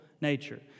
nature